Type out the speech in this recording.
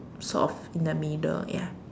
sort of in the middle ya